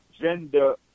gender